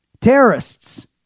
Terrorists